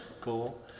cool